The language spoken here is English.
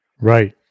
right